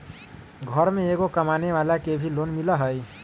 घर में एगो कमानेवाला के भी लोन मिलहई?